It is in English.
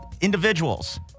individuals